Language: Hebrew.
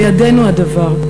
בידינו הדבר,